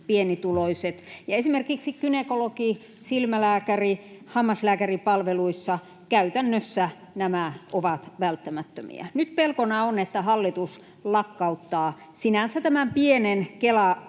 pienituloiset, ja esimerkiksi gynekologi-, silmälääkäri-, hammaslääkäripalveluissa nämä ovat käytännössä välttämättömiä. Nyt pelkona on, että hallitus lakkauttaa tämän sinänsä pienen